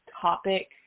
topic